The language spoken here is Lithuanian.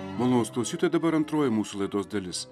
malonūs klausytojai dabar antroji mūsų laidos dalis